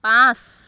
পাঁচ